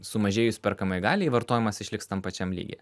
sumažėjus perkamajai galiai vartojimas išliks tam pačiam lygyje